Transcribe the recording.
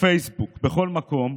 בפייסבוק ובכל מקום,